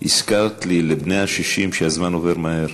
הזכרת לי, לבני ה-60, שהזמן עובר מהר.